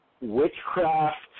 witchcraft